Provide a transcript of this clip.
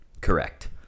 Correct